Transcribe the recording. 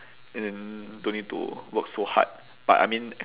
and then don't need to work so hard but I mean